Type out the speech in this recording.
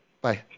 Bye